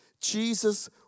Jesus